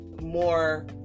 more